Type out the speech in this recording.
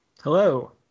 hello